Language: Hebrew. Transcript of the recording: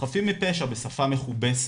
חפים מפשע בשפה מכובסת",